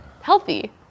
healthy